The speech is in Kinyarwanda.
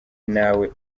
nawe